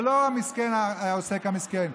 זה לא העוסק המסכן,